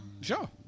Sure